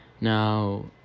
Now